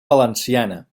valenciana